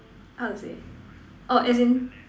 how to say orh as in